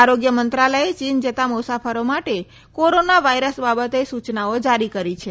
આરોગ્ય મંત્રાલયે ચીન જતા મુસાફરો માટે કોરોના વાયરસ બાબતે સૂચનાઓ જારી કરી છે